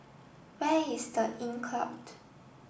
where is the Inncrowd